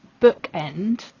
bookend